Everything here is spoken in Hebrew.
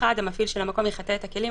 - המפעיל של המקום יחטא את הכלים,